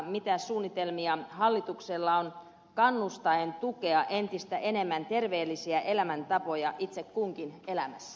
mitä suunnitelmia hallituksella on kannustaen tukea entistä enemmän terveellisiä elämäntapoja itse kunkin elämässä